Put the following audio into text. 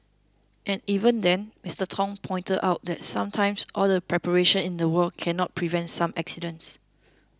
and even then Mister Tong pointed out that sometimes all the preparation in the world cannot prevent some accidents